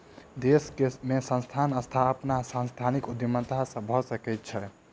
देश में संस्थानक स्थापना सांस्थानिक उद्यमिता से भअ सकै छै